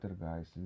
guys